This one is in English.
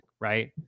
right